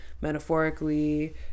metaphorically